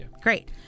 Great